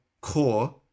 core